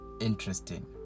interesting